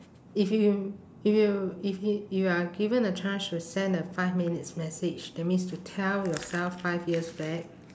if you if you if if you are given the chance to send a five minutes message that means to tell yourself five years back